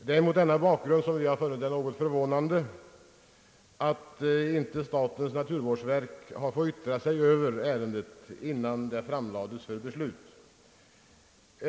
Det är mot denna bakgrund vi har funnit det förvånande att inte statens naturvårdsverk fått yttra sig över ärendet innan det framlades för beslut.